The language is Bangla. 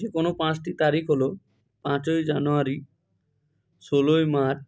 যে কোনও পাঁচটি তারিখ হল পাঁচই জানুয়ারি ষোলোই মার্চ